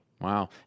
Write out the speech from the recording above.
Wow